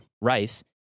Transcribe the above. rice